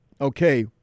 okay